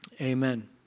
Amen